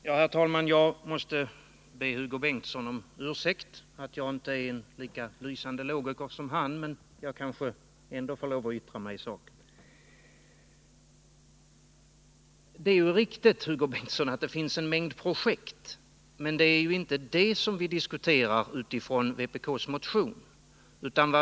Herr talman! Jag måste be Hugo Bengtsson om ursäkt för att jag inte är en lika lysande logiker som han, men jag kanske ändå får yttra mig i saken. Det är riktigt, Hugo Bengtsson, att det finns en mängd projekt, men det är inte det vi diskuterar utifrån vpk:s motion.